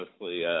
Mostly